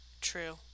true